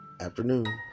afternoon